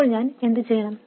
അപ്പോൾ ഞാൻ എന്ത് ചെയ്യണം